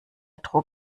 trug